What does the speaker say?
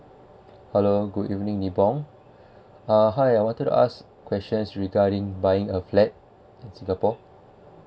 hello good evening nibong uh hi I wanted to ask questions regarding buying a flat in singapore